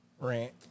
rant